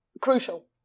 crucial